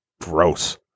gross